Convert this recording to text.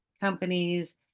companies